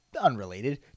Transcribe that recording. unrelated